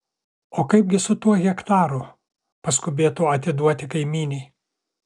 o kaipgi su tuo hektaru paskubėtu atiduoti kaimynei